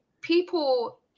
people